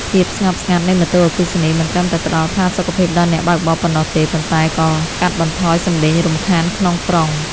ភាពស្ងប់ស្ងាត់នៃម៉ូតូអគ្គិសនីមិនត្រឹមតែផ្តល់ផាសុកភាពដល់អ្នកបើកបរប៉ុណ្ណោះទេប៉ុន្តែក៏កាត់បន្ថយសំឡេងរំខានក្នុងក្រុង។